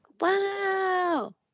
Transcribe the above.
Wow